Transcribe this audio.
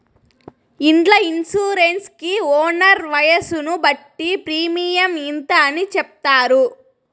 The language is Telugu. ఇండ్ల ఇన్సూరెన్స్ కి ఓనర్ వయసును బట్టి ప్రీమియం ఇంత అని చెప్తారు